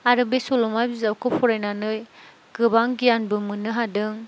आरो बे सल'मा बिजाबखौ फरायनानै गोबां गियानबो मोननो हादों